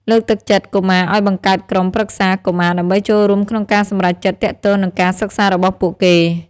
លើកទឹកចិត្តកុមារឱ្យបង្កើតក្រុមប្រឹក្សាកុមារដើម្បីចូលរួមក្នុងការសម្រេចចិត្តទាក់ទងនឹងការសិក្សារបស់ពួកគេ។